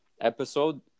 episode